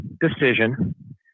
decision